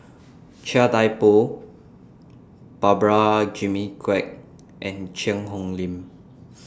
Chia Thye Poh Prabhakara Jimmy Quek and Cheang Hong Lim